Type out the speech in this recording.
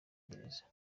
gereza